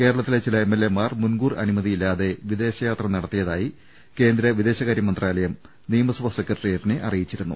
കേരളത്തിലെ ചില എംഎൽഎമാർ മുൻകൂർ അനുമതിയില്ലാതെ വിദേശയാത്ര നടത്തുന്നതായി കേന്ദ്ര വിദേശകാര്യ മന്ത്രാലയം നിയമസഭാ സെക്രട്ടേറിയറ്റിനെ അറിയിച്ചിരുന്നു